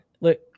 look